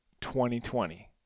2020